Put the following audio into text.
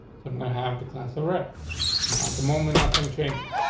so i'm gonna have the class of red now. at the moment, nothing changes.